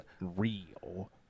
real